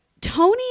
Tony